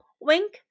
Wink